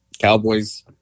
Cowboys